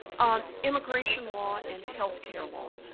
immigration law and healthcare law.